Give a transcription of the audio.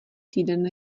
týden